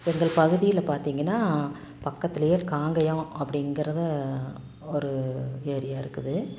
எங்கள் பகுதியில் பார்த்திங்கன்னா பக்கத்திலையே காங்கேயம் அப்படிங்கிறது ஒரு ஏரியா இருக்குது